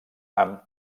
amb